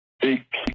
Big